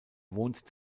wohnsitz